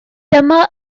dyma